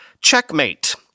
checkmate